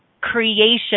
creation